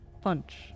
punch